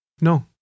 No